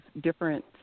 different